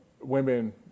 women